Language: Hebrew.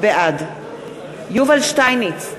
בעד יובל שטייניץ,